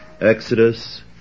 Exodus